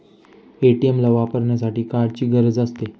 ATM ला वापरण्यासाठी कार्डची गरज असते